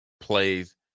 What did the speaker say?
plays